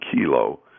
kilo